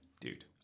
dude